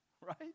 right